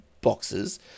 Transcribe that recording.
boxes